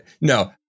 No